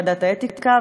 ועדת האתיקה.